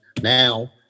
now